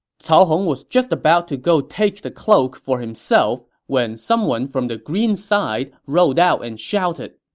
cao hong was just about to go take the cloak for himself when someone from the green side rode out and shouted,